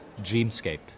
dreamscape